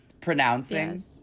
Pronouncing